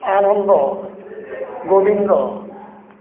Anand Gobinda